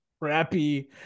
crappy